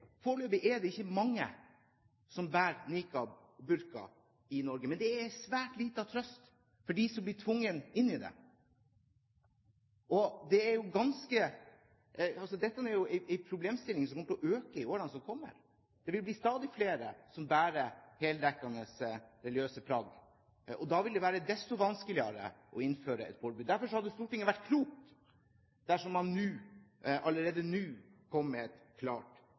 Foreløpig er det ikke mange som bærer niqab og burka i Norge. Det er en svært liten trøst for dem som blir tvunget til det. Dette er en problemstilling som kommer til å øke i årene som kommer. Det vil bli stadig flere som bærer heldekkende religiøse plagg. Da vil det være desto vanskeligere å innføre et forbud. Derfor hadde Stortinget vært klokt dersom man allerede nå kom med et klart